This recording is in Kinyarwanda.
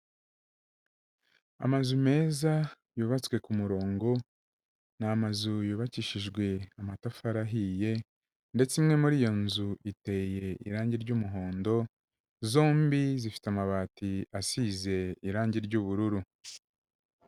Amazu meza yubatswe ku murongo ni amazu yubakishijwe amatafari ahiye ndetse imwe muri iyo nzu iteye irange ry'umuhondo, zombi zifite amabati asize irange ry'ubururu.